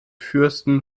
fürsten